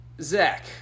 Zach